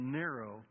narrow